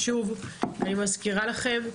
אני מזכירה לכם,